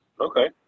Okay